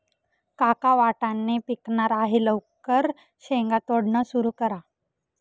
काका वाटाणे पिकणार आहे लवकर शेंगा तोडणं सुरू करा